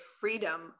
freedom